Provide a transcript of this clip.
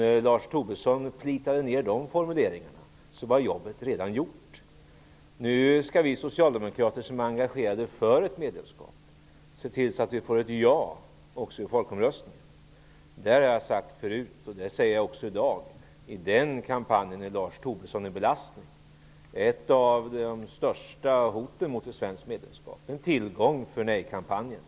När Lars Tobisson plitade ned de formuleringarna var jobbet redan gjort. Nu skall vi socialdemokrater som är engagerade för ett medlemskap se till att vi får ett ja också i folkomröstningen. Det här har jag sagt förut och det säger jag också i dag: I den kampanjen är Lars Tobisson en belastning, ett av de största hoten mot ett svenskt medlemskap, en tillgång för nejkampanjen.